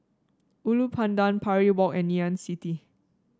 Ulu Pandan Parry Walk and Ngee Ann City